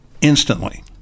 instantly